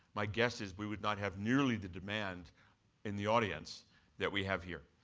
my guess is we would not have nearly the demand in the audience that we have here.